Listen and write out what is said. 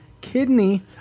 kidney